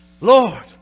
Lord